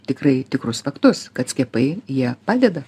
tikrai tikrus faktus kad skiepai jie padeda